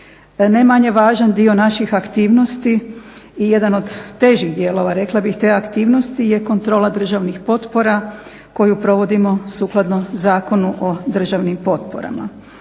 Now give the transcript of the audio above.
Najmanje važan dio naših aktivnosti i jedan od težih dijelova te aktivnosti je kontrola državnih potpora koju provodimo sukladno Zakonu o državnim potporama.